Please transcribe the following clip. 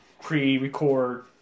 pre-record